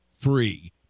three